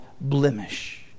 blemish